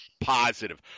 positive